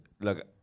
look